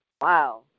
Wow